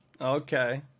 Okay